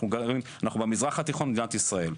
אנחנו במזרח התיכון במדינת ישראל.